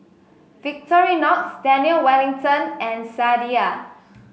Victorinox Daniel Wellington and Sadia